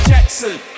Jackson